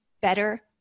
better